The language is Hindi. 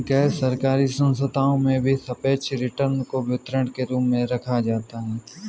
गैरसरकारी संस्थाओं में भी सापेक्ष रिटर्न को वितरण के रूप में रखा जाता है